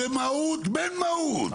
זה מהות בן מהות.